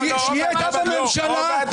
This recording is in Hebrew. כשיאיר לפיד היה שר אוצר.